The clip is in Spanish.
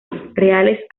reales